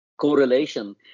Correlation